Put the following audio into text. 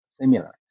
similar